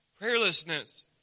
Prayerlessness